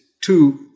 two